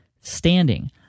standing